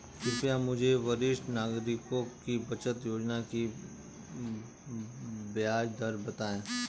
कृपया मुझे वरिष्ठ नागरिकों की बचत योजना की ब्याज दर बताएं